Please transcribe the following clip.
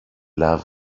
love